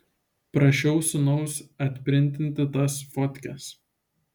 prašiau sūnaus atprintinti tas fotkes